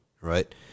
right